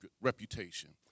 reputation